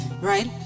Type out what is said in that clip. right